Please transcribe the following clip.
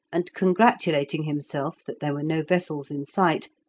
and congratulating himself that there were no vessels in sight,